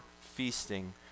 feasting